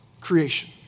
creation